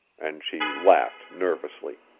and she laughed nervously.